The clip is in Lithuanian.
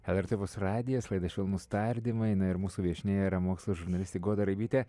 lrt opus radijas laida švelnūs tardymai na ir mūsų viešnia yra mokslo žurnalistė goda raibytė